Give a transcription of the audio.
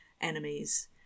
enemies